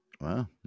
Wow